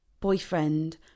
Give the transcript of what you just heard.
boyfriend